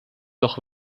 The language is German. doch